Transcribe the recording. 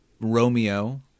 Romeo